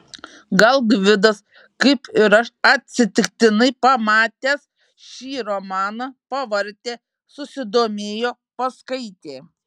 gal gvidas kaip ir aš atsitiktinai pamatęs šį romaną pavartė susidomėjo paskaitė